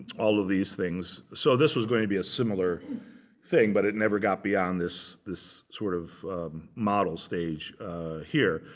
all of these things. so this was going to be a similar thing, but it never got beyond this this sort of model stage here.